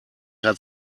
hat